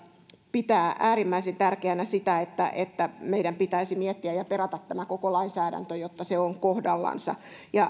pitää äärimmäisen tärkeänä sitä että että meidän pitäisi miettiä ja perata tämä koko lainsäädäntö jotta se on kohdallansa